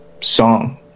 song